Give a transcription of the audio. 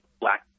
black